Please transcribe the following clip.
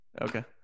okay